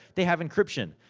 they have encryption.